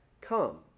come